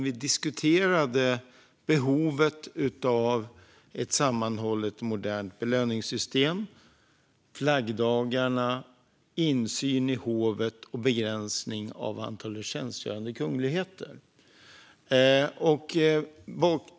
Vi diskuterade behovet av ett sammanhållet modernt belöningssystem, flaggdagarna, insyn i hovet och begränsning av antalet tjänstgörande kungligheter.